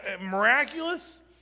miraculous